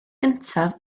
gyntaf